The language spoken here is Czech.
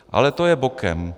Ale to je bokem.